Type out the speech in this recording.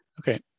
Okay